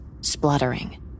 spluttering